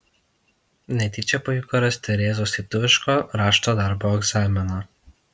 netyčia pavyko rasti rėzos lietuviško rašto darbo egzaminą